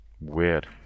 Weird